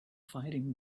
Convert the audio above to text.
firing